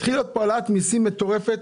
תתחיל פה העלאת מיסים מטורפת,